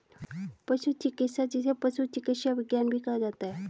पशु चिकित्सा, जिसे पशु चिकित्सा विज्ञान भी कहा जाता है